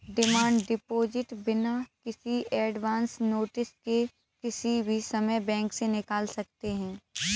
demand deposit बिना किसी advance notice के किसी भी समय बैंक से निकाल सकते है